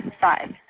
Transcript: five